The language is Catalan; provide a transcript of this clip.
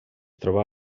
troba